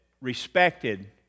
respected